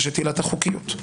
יש עילת החוקיות.